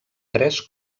tres